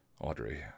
Audrey